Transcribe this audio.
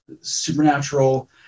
supernatural